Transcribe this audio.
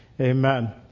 Amen